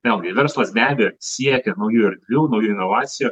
vėl gi verslas be abejo siekia naujų erdvių naujų inovacijų